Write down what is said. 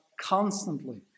constantly